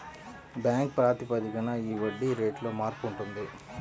bank ప్రాతిపదికన ఈ వడ్డీ రేటులో మార్పు ఉంటుంది